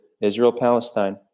Israel-Palestine